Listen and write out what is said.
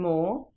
More